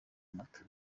amata